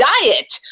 Diet